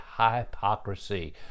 hypocrisy